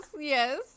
yes